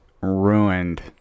ruined